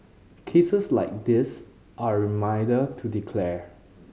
cases like this are a reminder to declare